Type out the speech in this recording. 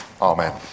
Amen